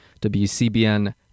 WCBN